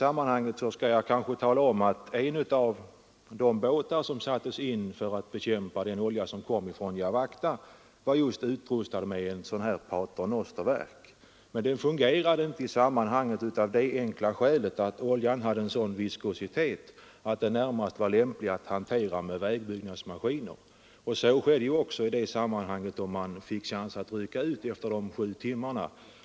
Jag skall kanske tala om att en av de katamaranbåtar som sattes in för att bekämpa den olja som kom från Jawachta var utrustad med ett sådant paternosterverk. Men verket fungerade inte av det enkla skälet att oljan hade en sådan viskositet att det närmast var lämpligt att hantera den med vägbyggnadsmaskiner. Så skedde också i detta fall då man fick chans att rycka ut efter de sju timmarna.